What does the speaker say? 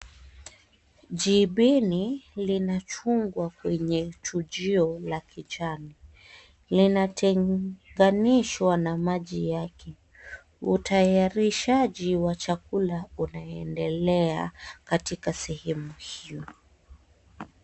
Jipini linachungwa kwenye chuchio la kijani. Linatenganishwa na maji ya utayarishaji wa chakula unaendelea katika sehemu hiyo.